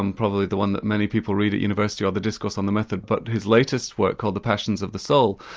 and probably the one that many people read at university, or the discourse on the method, but his latest work, called the passions of the soul,